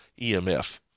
EMF